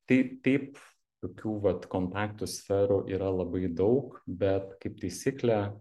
tai taip tokių vat kontaktų sferų yra labai daug bet kaip taisyklė